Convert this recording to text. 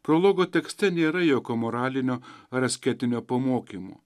prologo tekste nėra jokio moralinio ar asketinio pamokymo